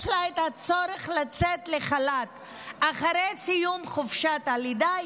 יש את הצורך לצאת לחל"ת אחרי סיום חופשת הלידה,